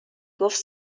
گفت